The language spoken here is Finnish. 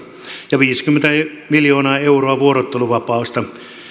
ja viisikymmentä miljoonaa euroa vuorotteluvapaasta